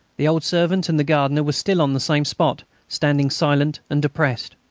the old servant and the gardener were still on the same spot, standing silent and depressed.